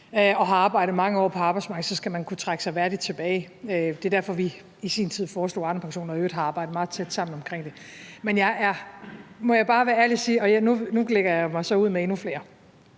og har været mange år på arbejdsmarkedet, skal man kunne trække sig værdigt tilbage. Det er derfor, vi i sin tid foreslog Arnepensionen og i øvrigt har arbejdet meget tæt sammen omkring det. Nu lægger jeg mig så ud med endnu flere,